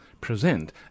present